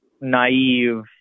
naive